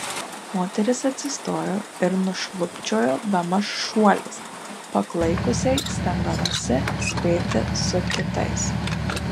moteris atsistojo ir nušlubčiojo bemaž šuoliais paklaikusiai stengdamasi spėti su kitais